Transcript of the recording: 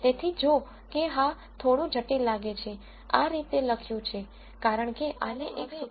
તેથી જો કે આ થોડું જટિલ લાગે છે આ રીતે લખ્યું છે કારણ કે આને એક સુત્ર તરીકે લખવું વધુ સરળ છે